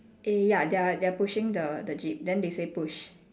eh ya they are they are pushing the the jeep then they say push